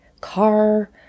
car